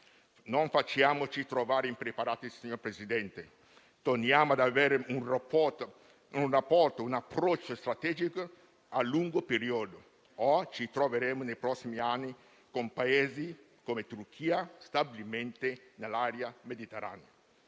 Non facciamoci trovare impreparati, signor Presidente. Torniamo ad avere un approccio strategico nel lungo periodo o ci troveremo nei prossimi anni con Paesi, come la Turchia, stabilmente nell'area mediterranea.